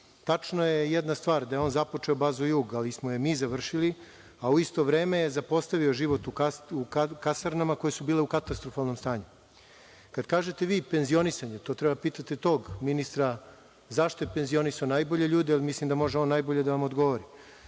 je jedna stvar, da je on započeo bazu Jug, ali smo je mi završili, a u isto vreme je zapostavio život u kasarnama, koje su bile u katastrofalnom stanju. Kad kažete vi penzionisanje, to treba da pitate tog ministra zašto je penzionisao najbolje ljude, jer mislim da on može najbolje da vam odgovori. Kada